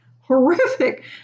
horrific